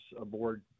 aboard